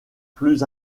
plus